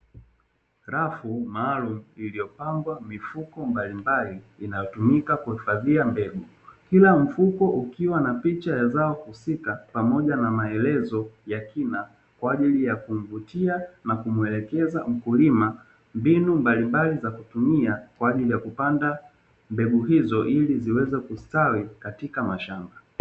Rafu maalumu iliyopangwa mifuko mbalimbali inayotumika kuhifadhia mbegu, kila mfuko ukiwa na picha ya zao husika pamoja na maelezo ya kina kwa ajili ya kumvutia na kumwelekeza mkulima mbinu mbalimbali za kutumia kwa ajili ya kupanda mbegu hizo ili ziweze kustawi katika mashamba.